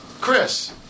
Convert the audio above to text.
Chris